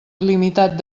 il·limitat